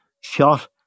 shot